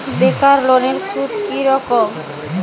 বেকার লোনের সুদ কি রকম?